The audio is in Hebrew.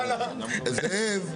זאב,